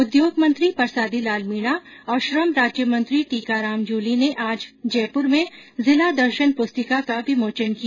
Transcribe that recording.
उद्योग मंत्री परसादीलाल मीणा और श्रम राज्यमंत्री टीकाराम जूली ने आज जयपुर में जिला दर्शन पुस्तिका का विमोचन किया